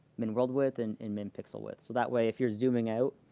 minworldwidth and and minpixelwidth. so that way if you are zooming out,